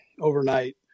overnight